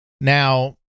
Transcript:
Now